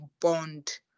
bond